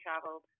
traveled